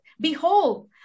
Behold